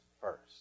first